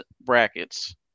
brackets